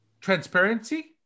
transparency